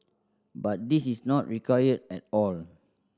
but this is not required at all